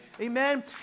Amen